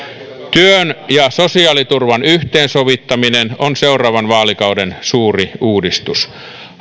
työn ja sosiaaliturvan yhteensovittaminen on seuraavan vaalikauden suuri uudistus